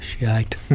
shite